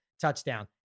Touchdown